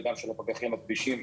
גם של הפקחים בכבישים,